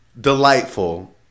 delightful